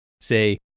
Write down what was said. say